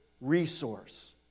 resource